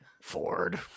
Ford